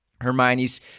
Hermione's